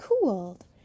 cooled